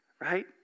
Right